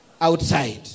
outside